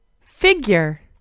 Figure